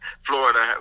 Florida